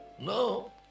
No